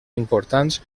importants